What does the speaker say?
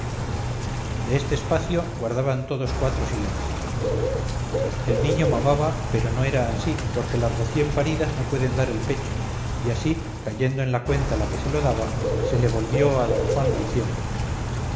en este espacio guardaban todos cuatro silencio el niño mamaba pero no era ansí porque las recién paridas no pueden dar el pecho y así cayendo en la cuenta la que se lo daba se le volvió a don juan diciendo